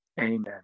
Amen